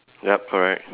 yup correct